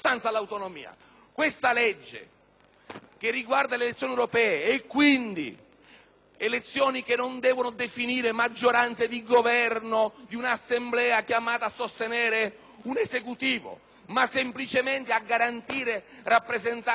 al tema delle elezioni europee e quindi elezioni che non devono definire maggioranze di governo o un'Assemblea chiamata a sostenere un Esecutivo, ma semplicemente garantire rappresentanza ad esperienze politiche e a territori,